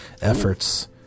efforts